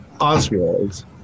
Oswald